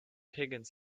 higgins